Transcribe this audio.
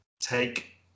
Take